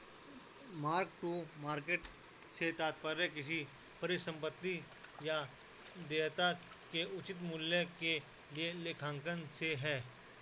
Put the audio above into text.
mark to market से तात्पर्य किसी परिसंपत्ति या देयता के उचित मूल्य के लिए लेखांकन से है